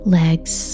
legs